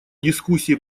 дискуссии